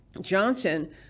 johnson